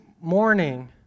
morning